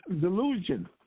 delusion